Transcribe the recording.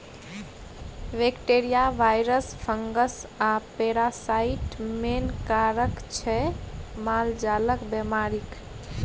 bacteria, virus, fungus आ parasite main कारक छै मालजालक बेमारीक